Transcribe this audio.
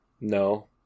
No